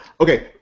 okay